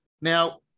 now